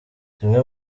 zimwe